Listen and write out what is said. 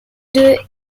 deux